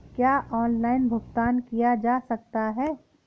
क्या ऑनलाइन भुगतान किया जा सकता है?